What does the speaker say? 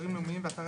אתרים לאומיים ואתרי